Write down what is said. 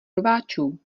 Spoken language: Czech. rváčů